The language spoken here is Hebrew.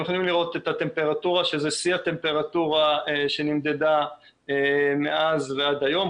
יכולים לראות את הטמפרטורה שזה שיא הטמפרטורה שנמדדה מאז ועד היום,